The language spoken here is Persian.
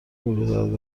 میگذارد